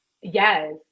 Yes